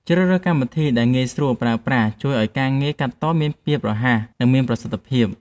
ជ្រើសរើសកម្មវិធីដែលងាយស្រួលប្រើប្រាស់ជួយឱ្យការងារកាត់តមានភាពរហ័ស និង មានប្រសិទ្ធភាព។